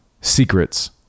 secrets